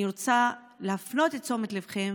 אני רוצה להפנות את תשומת ליבכם,